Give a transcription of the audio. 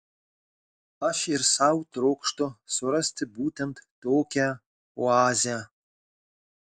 aš ir sau trokštu surasti būtent tokią oazę